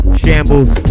shambles